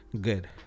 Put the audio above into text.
Good